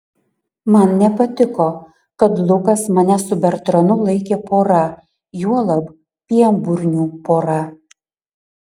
man nepatiko kad lukas mane su bertranu laikė pora juolab pienburnių pora